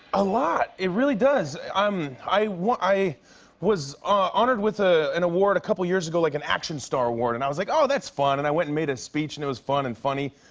a lot. it really does. um i want i was ah honored with ah an award a couple years ago, like an action-star award, and i was like, oh, that's fun. and i went and made a speech, and it was fun and funny.